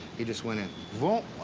he just went in. voom!